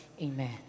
Amen